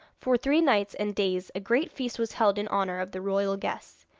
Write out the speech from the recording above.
for three nights and days a great feast was held in honour of the royal guests.